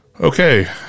okay